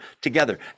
together